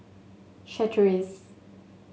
chateraise